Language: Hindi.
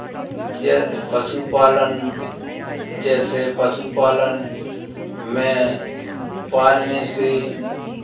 जै पशुपालन जैसे पशुपालन मैं पालने से